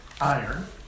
iron